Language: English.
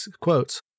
quotes